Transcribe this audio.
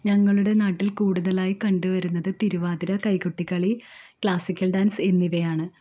ഞങ്ങളുടെ നാട്ടിൽ കൂടുതലായി കണ്ടുവരുന്നത് തിരുവാതിര കൈകൊട്ടി കളി ക്ലാസിക്കൽ ഡാൻസ് എന്നിവയാണ്